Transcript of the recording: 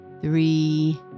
three